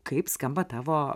kaip skamba tavo